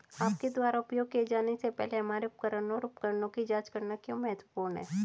आपके द्वारा उपयोग किए जाने से पहले हमारे उपकरण और उपकरणों की जांच करना क्यों महत्वपूर्ण है?